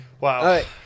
Wow